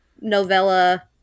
novella